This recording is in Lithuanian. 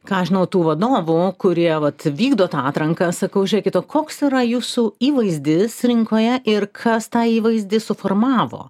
ką aš žinau tų vadovų kurie vat vykdo tą atranką sakau žiūrėkit o koks yra jūsų įvaizdis rinkoje ir kas tą įvaizdį suformavo